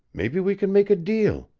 maybe we can make a deal.